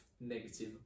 negative